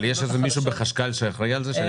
אבל יש מישהו בחשכ"ל שאחראי על זה?